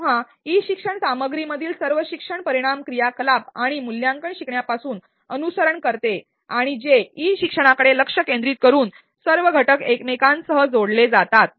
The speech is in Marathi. जेव्हा ई शिक्षण सामग्रीमधील सर्व शिक्षण परिणाम क्रियाकलाप आणि मूल्यांकन शिकण्यापासून अनुसरण करते आणि जे ई शिक्षणाकडे लक्ष केंद्रित करून सर्व घटक एकमेकासह जोडले जातात